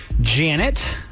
Janet